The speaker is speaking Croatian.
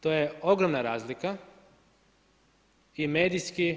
To je ogromna razlika i medijski.